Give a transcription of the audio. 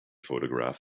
photograph